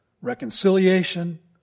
reconciliation